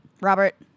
Robert